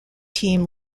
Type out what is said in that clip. team